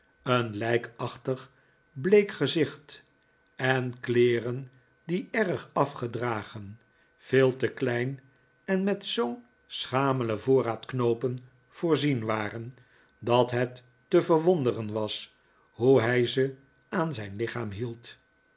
een lijkachtig bleek gezicht en kleeren die erg afgedragen veel te klein en met zoo'n schamelen voorraad knoopen voorzien waren dat het te verwonderen was hoe hij ze aan zijn lichaam hield